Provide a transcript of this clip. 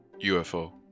UFO